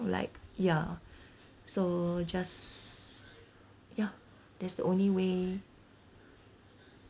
like ya so just ya that's the only way